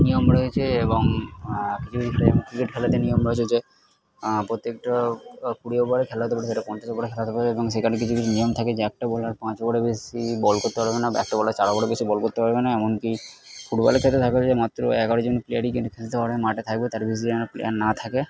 নিয়ম রয়েছে এবং কিছু ক্রিকেট খেলাতে নিয়ম রয়েছে যে প্রত্যেকটা কুড়ি ওভারের খেলা থাকে পঞ্চাশ ওভারের খেলা থাকবে এবং সেখানে কিছু কিছু নিয়ম থাকে যে একটা বোলার পাঁচ ওভারের বেশি বল করতে পারবে না একটা বোলার চার ওভারের বেশি বল করতে পারবে না এমনকি ফুটবল খেলাতে থাকবে যে মাত্র এগারো জন প্লেয়ারই কিন্তু খেলতে পারবে মাঠে থাকবে তার বেশি যেন প্লেয়ার না থাকে